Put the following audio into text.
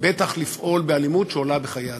ובטח לפעול באלימות שעולה בחיי אדם.